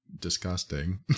disgusting